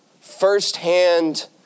firsthand